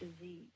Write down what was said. disease